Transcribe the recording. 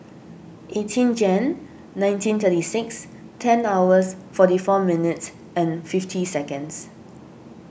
eighteen Jan nineteen thirty six ten hours forty four minutes and fifty seconds